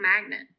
magnet